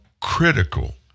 critical